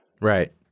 Right